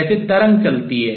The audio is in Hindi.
जैसे तरंग चलती है